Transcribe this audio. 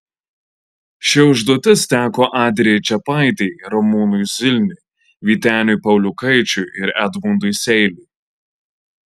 ši užduotis teko adrijai čepaitei ramūnui zilniui vyteniui pauliukaičiui ir edmundui seiliui